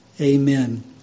amen